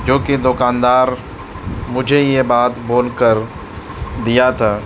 جوکہ دکاندار مجھے یہ بات بول کر دیا تھا